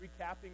recapping